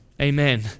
Amen